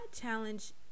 challenge